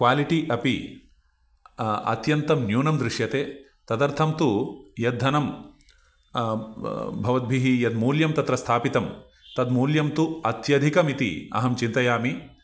quality अपि अत्यन्तं न्यूनं दृश्यते तदर्थं तु यद्धनं भवद्भिः यद्मूल्यं तत्र स्थापितं तद्मूल्यं तु अत्यधिकमिति अहं चिन्तयामि